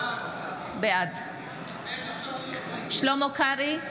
בעד שלמה קרעי,